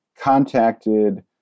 contacted